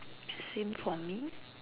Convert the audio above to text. same for me